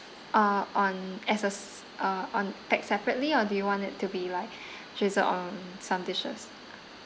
uh on as a s~ uh on pack separately or do you want it to be like drizzled on some dishes